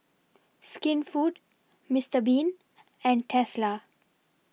Skinfood Mister Bean and Tesla